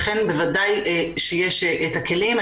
לכן ודאי שיש כלים.